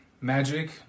magic